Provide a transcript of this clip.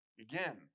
Again